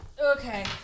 Okay